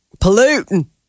Polluting